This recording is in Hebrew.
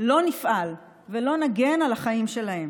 לא נפעל ולא נגן על החיים שלהם.